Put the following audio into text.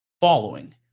following